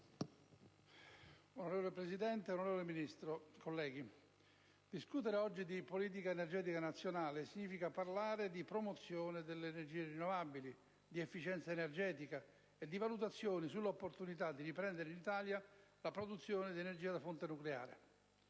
Signor Presidente, onorevole Ministro, onorevoli colleghi, discutere oggi di politica energetica nazionale significa parlare di promozione delle energie rinnovabili, di efficienza energetica e di valutazioni sull'opportunità di riprendere in Italia la produzione di energia da fonte nucleare.